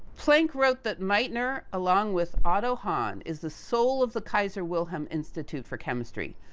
planck wrote that meitner, along with otto hahn, is the soul of the kaiser wilhelm institute for chemistry.